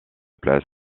place